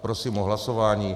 Prosím o hlasování.